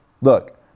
look